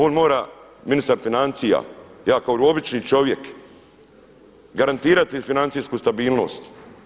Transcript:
On mora ministar financija, … kao obični čovjek garantirati financijsku stabilnost.